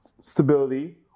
stability